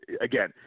Again